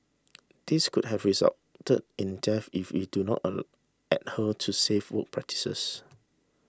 these could have resulted in death if we do not adhere to safe work practices